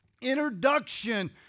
Introduction